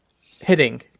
Hitting